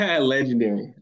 Legendary